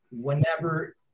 whenever